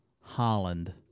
Holland